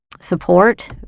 support